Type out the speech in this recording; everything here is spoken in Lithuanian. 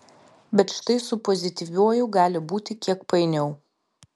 bet štai su pozityviuoju gali būti kiek painiau